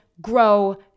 grow